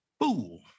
fool